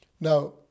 Now